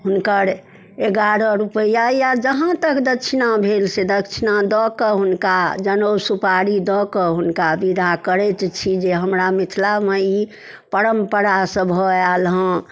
हुनकर एगारह रुपैआ या जहाँ तक दक्षिणा भेल से दक्षिणा दऽ कऽ हुनका जनउ सुपारी दऽ कऽ हुनका विदा करैत छी जे हमरा मिथिलामे ई परम्परासब भऽ आएल हँ